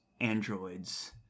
androids